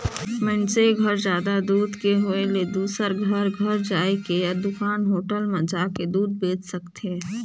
मइनसे घर जादा दूद के होय ले दूसर घर घर जायके या दूकान, होटल म जाके दूद बेंच सकथे